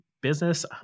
business